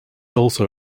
also